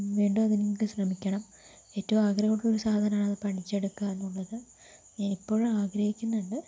വീണ്ടും അതിനൊക്കെ ശ്രമിക്കണം ഏറ്റവും ആഗ്രഹമൊക്കെ ഉള്ള സാധനമാണ് അത് പഠിച്ചെടുക്കുക എന്നുള്ളത് ഞാനിപ്പോഴും ആഗ്രഹിക്കുന്നുണ്ട്